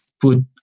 put